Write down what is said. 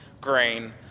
grain